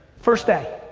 first day?